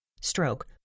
stroke